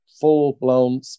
full-blown